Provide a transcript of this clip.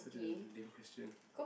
such a lame question